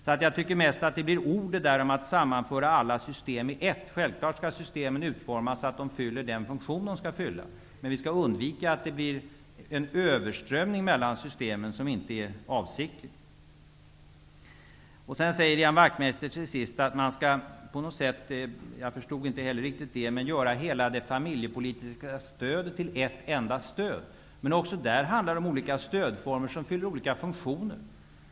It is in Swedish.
Det där med att sammanföra alla system till ett är mest ord. Självfallet skall systemen utformas så, att de fyller den funktion som de skall fylla, men vi skall undvika en överströmning mellan systemen, som inte är avsiktlig. Sedan sade Ian Wachtmeister att man på något sätt -- jag förstod inte riktigt hur han menade -- skall sammanföra hela det familjepolitiska stödet till ett enda stöd. Men också på det området handlar det om olika stöd som fyller olika funktioner.